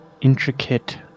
intricate